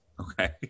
okay